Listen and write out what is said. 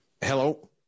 Hello